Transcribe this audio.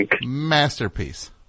masterpiece